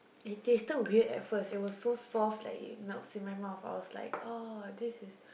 it tasted weird at first it was so soft that it melts in my mouth I was like oh this is